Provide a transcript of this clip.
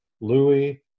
Louis